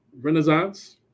renaissance